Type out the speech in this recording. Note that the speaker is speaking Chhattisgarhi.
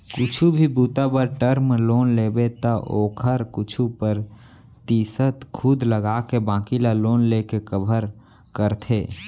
कुछु भी बूता बर टर्म लोन लेबे त ओखर कुछु परतिसत खुद लगाके बाकी ल लोन लेके कभर करथे